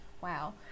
wow